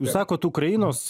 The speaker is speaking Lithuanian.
jūs sakot ukrainos